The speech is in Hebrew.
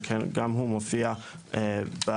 שגם הוא מופיע בהחלטה.